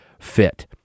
fit